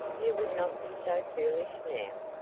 you would not be so foolish, now.